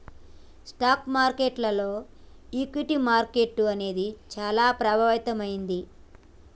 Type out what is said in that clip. stock మార్కెట్టులో equity market అనేది చానా ప్రభావవంతమైంది